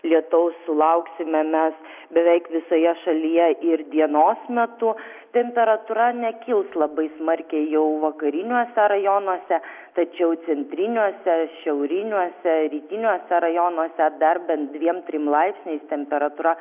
lietaus sulauksime mes beveik visoje šalyje ir dienos metu temperatūra nekils labai smarkiai jau vakariniuose rajonuose tačiau centriniuose šiauriniuose rytiniuose rajonuose dar bent dviem trim laipsniais temperatūra